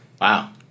Wow